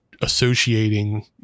associating